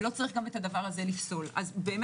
ולא צריך לפסול את זה.